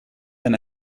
than